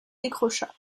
décrocha